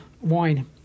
wine